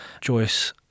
Joyce